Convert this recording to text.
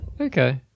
Okay